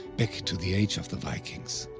back to the age of the vikings.